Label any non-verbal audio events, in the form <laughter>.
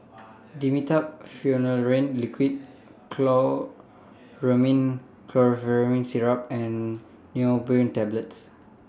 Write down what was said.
Dimetapp Phenylephrine Liquid Chlormine <unintelligible> Syrup and Neurobion Tablets